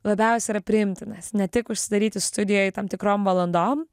labiausiai yra priimtinas ne tik užsidaryti studijoj tam tikrom valandom